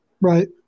Right